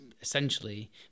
essentially